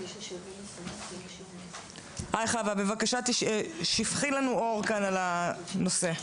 חוה, בבקשה שפכי לנו כאן אור על הנושא.